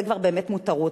זה כבר באמת מותרות,